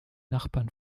nachbarn